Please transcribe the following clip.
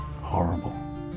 horrible